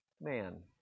man